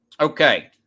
okay